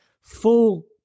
full